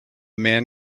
man